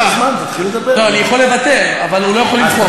אני יכול לוותר, אבל הוא לא יכול למחוק.